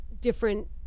different